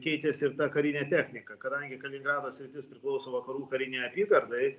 keitės ir ta karinė technika kadangi kaliningrado sritis priklauso vakarų karinei apygardai